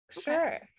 Sure